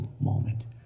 moment